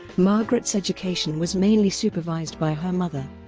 margaret's education was mainly supervised by her mother,